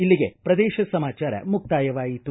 ಇಲ್ಲಿಗೆ ಪ್ರದೇಶ ಸಮಾಚಾರ ಮುಕ್ತಾಯವಾಯಿತು